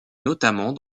notamment